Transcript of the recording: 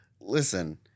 Listen